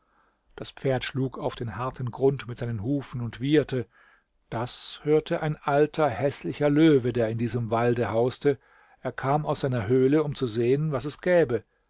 das pferd schlug auf den harten grund mit seinen hufen und wieherte das hörte ein alter häßlicher löwe der in diesem walde hauste er kam aus seiner höhle um zu sehen was es gäbe